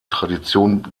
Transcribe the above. tradition